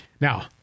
Now